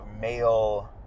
male